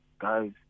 guys